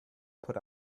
put